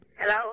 Hello